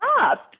up